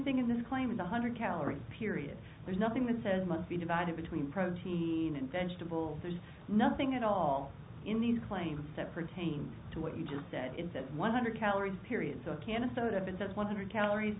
thing in this claim is one hundred calories period there's nothing that says must be divided between protein and vegetables there's nothing at all in these claims that pertains to what you just said in that one hundred calories period so can a soda bins at one hundred calories